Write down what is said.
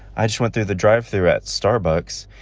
i just went through the drive-through at starbucks,